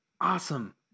Awesome